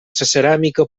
ceràmica